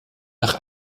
nach